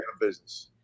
business